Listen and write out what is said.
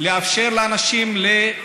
לאפשר לאנשים, שיבנו.